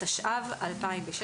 התשע"ו-2016".